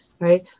right